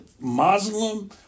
Muslim